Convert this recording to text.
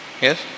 Yes